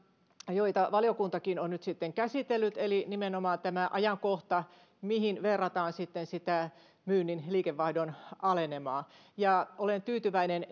joita valiokuntakin on nyt sitten käsitellyt eli nimenomaan tämä ajankohta mihin verrataan myynnin liikevaihdon alenemaa ja olen tyytyväinen